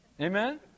Amen